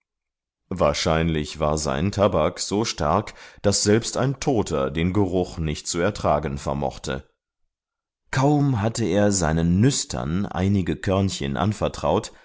wahrscheinlich war sein tabak so stark daß selbst ein toter den geruch nicht zu ertragen vermochte kaum hatte er seinen nüstern einige körnchen anvertraut